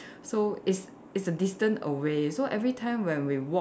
so it's it's a distance away so every time when we walk